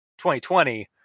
2020